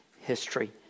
history